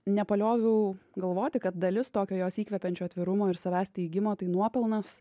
nepalioviau galvoti kad dalis tokio jos įkvepiančio atvirumo ir savęs teigimo tai nuopelnas